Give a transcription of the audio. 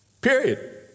Period